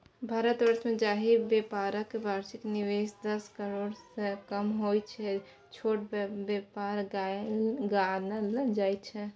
भारतमे जाहि बेपारक बार्षिक निबेश दस करोड़सँ कम होइ छै छोट बेपार गानल जाइ छै